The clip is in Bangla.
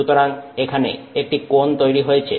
সুতরাং এখানে একটি কোণ তৈরি হয়েছে